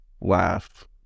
laugh